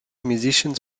musicians